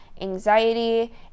anxiety